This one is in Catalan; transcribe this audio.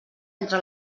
entre